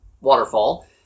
waterfall